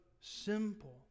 simple